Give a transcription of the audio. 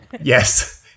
Yes